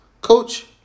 Coach